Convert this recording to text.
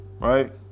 right